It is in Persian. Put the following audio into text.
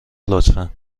لطفا